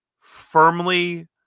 firmly